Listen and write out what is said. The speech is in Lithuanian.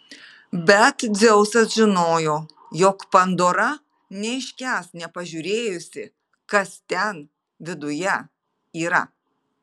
bet dzeusas žinojo jog pandora neiškęs nepažiūrėjusi kas ten viduje yra